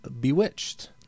Bewitched